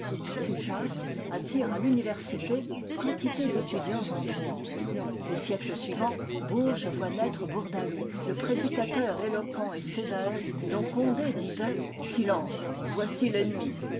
intense cujas attire à l'université quantité d'étudiants en droit au siècle suivant bourges voit naître bourdaloue le prédicateur éloquent et sévère dont condé disait silence voici l'ennemi